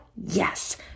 yes